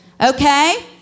Okay